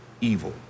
evil